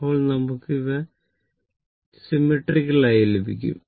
അപ്പോൾ നമുക്ക് ഇവ സിമെട്രിക്കൽ ആയി ലഭിക്കും